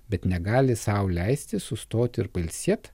bet negali sau leisti sustoti ir pailsėt